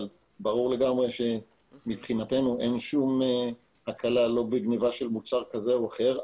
ברור לגמרי שמבחינתנו אין שום הקלה בגניבה של מוצר כזה או אחר,